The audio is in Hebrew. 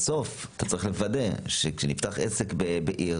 בסוף, אתה צריך לוודא שכשנפתח עסק בעיר